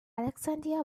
alexandria